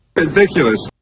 ridiculous